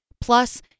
Plus